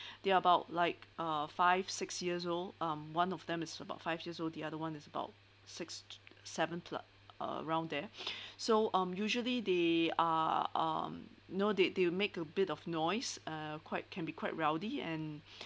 their about like uh five six years old um one of them is about five years old the other one is about six t~ seven plus around there so um usually they uh um know did they will make a bit of noise uh quite can be quite rowdy and